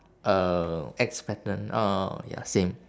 uh X pattern oh ya same